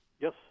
Yes